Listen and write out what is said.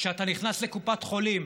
כשאתה נכנס לקופת חולים,